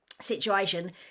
situation